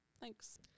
Thanks